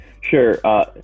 Sure